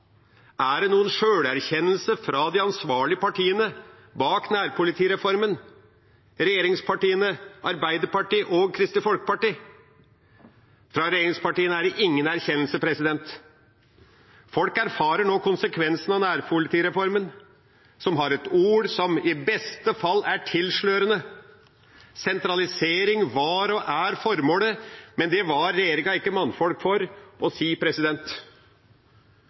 Er det noen sjølerkjennelse fra de ansvarlige partiene bak nærpolitireformen – regjeringspartiene, Arbeiderpartiet og Kristelig Folkeparti? Fra regjeringspartiene er det ingen erkjennelse. Folk erfarer nå konsekvensene av nærpolitireformen, som er et ord som i beste fall er tilslørende. Sentralisering var og er formålet, men det var ikke regjeringa mannfolk nok til å si.